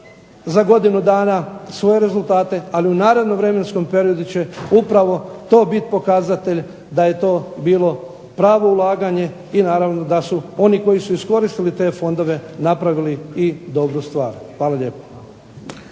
za godinu dana svoje rezultate, ali u narednom vremenskom periodu će upravo to bit pokazatelj da je to bilo pravo ulaganje i naravno da su oni koji su iskoristili te fondove napravili i dobru stvar. Hvala lijepo.